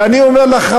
ואני אומר לך,